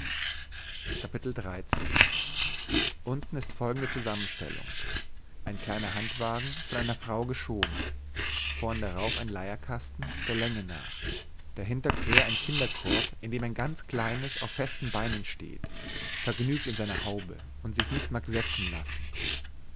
unten ist folgende zusammenstellung ein kleiner handwagen von einer frau geschoben vorn darauf ein leierkasten der länge nach dahinter quer ein kinderkorb in dem ein ganz kleines auf festen beinen steht vergnügt in seiner haube und sich nicht mag setzen lassen